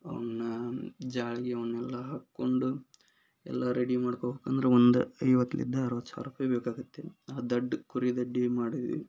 ಅವನ್ನ ಜಾಳ್ಗೆ ಅವನ್ನೆಲ್ಲ ಹಾಕಿಕೊಂಡು ಎಲ್ಲ ರೆಡಿ ಮಾಡ್ಕೊ ಅಂದ್ರೆ ಒಂದು ಐವತ್ತರಿಂದ ಅರವತ್ತು ಸಾವಿರ ರೂಪಾಯಿ ಬೇಕಾಗುತ್ತೆ ಆ ದಡ್ ಕುರಿ ದೊಡ್ಡಿ ಮಾಡಿದ್ವಿ